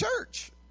church